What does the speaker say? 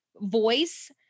voice